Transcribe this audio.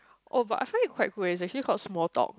oh but I find it quite cool eh it's actually called small talk